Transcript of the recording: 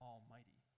Almighty